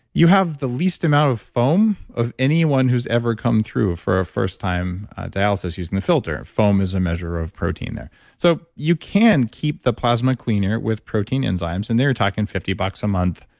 you have the least amount of foam of anyone who's ever come through for a first time dialysis using a filter. foam is a measure of protein there so, you can keep the plasma cleaner with protein enzymes, and they're talking fifty bucks a month,